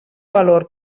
valor